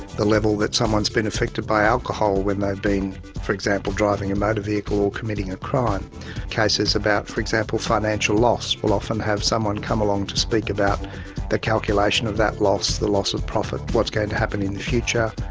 the level that someone's been affected by alcohol when they've been, for example, driving and a motor vehicle or committing a crime cases about, for example, financial loss will often have someone come along to speak about the calculation of that loss, the loss of profit, what's going to happen in the future,